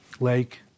lake